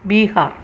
Bihar